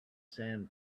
sand